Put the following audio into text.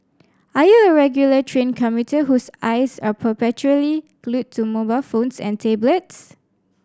are you a regular train commuter whose eyes are perpetually glued to mobile phones and tablets